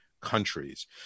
countries